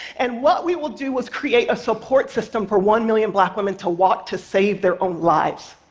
and what we will do is create a support system for one million black women to walk to save their own lives.